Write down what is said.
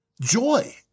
Joy